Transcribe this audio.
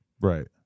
right